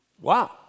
Wow